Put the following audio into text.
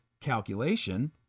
calculation